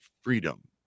freedom